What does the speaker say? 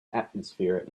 atmosphere